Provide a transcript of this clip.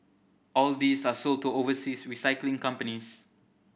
all these are sold to overseas recycling companies